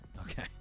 Okay